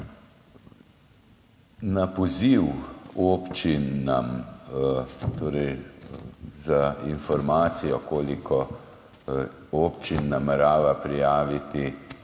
Na poziv občinam za informacijo, koliko občin namerava prijaviti